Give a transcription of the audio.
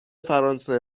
فرانسه